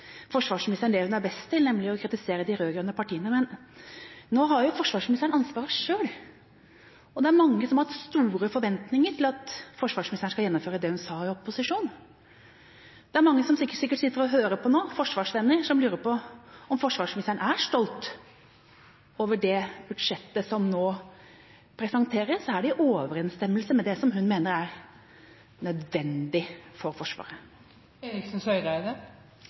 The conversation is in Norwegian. forsvarsministeren det hun er best til, nemlig å kritisere de rød-grønne partiene, men nå har jo forsvarsministeren ansvaret sjøl, og det er mange som har hatt store forventninger til at forsvarsministeren skal gjennomføre det hun som representant sa i opposisjon. Det er mange som sikkert sitter og hører på nå, forsvarsvenner som lurer på om forsvarsministeren er stolt over det budsjettet som nå presenteres. Er det i overensstemmelse med det som hun mener er nødvendig for